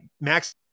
max